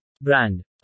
Brand